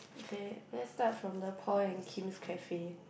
okay let's start from the Paul and Kim's cafe